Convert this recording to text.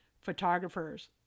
photographers